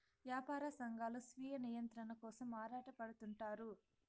యాపార సంఘాలు స్వీయ నియంత్రణ కోసం ఆరాటపడుతుంటారు